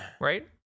Right